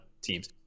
teams